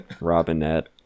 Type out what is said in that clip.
Robinette